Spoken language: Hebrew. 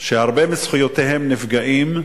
שהרבה מזכויותיהם נפגעות.